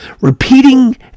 Repeating